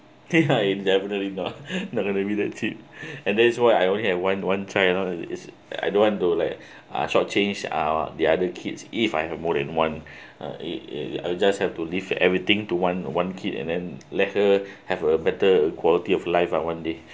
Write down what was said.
ya it definitely not not going be that cheap and there is why I only have one one child you know is I don't want to like uh short change uh the other kids if I have more than one uh it it I'll just have to leave everything to one one kid and then let her have a better quality of life uh one day